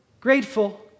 grateful